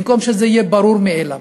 במקום שזה יהיה ברור מאליו.